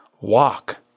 Walk